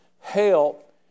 help